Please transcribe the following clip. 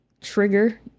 trigger